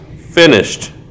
finished